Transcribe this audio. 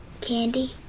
candy